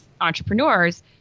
entrepreneurs